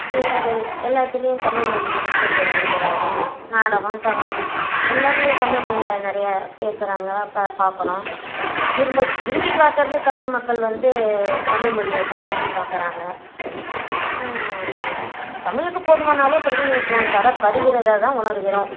செய்திகள் எல்லாத்துலேயும் தமிழ் மொழிக்கு முக்கியத்துவம் கொடுக்கிறார்கள் நாடகம் எல்லாம் தமிழ்மொழியில் நிறையா பேசுகிறாங்க பாக்கிறோம் விரும்பி விரும்பி பாக்கிறது தமிழ் மக்கள் வந்து தமிழ்மொழியை தான் விரும்பி பாக்கிறாங்க தமிழுக்கு போதுமான அளவு பிரதிநிதித்துவம் தரப்படுகிறதாக தான் உணர்கிறோம்